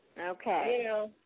Okay